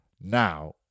Now